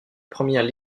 première